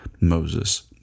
Moses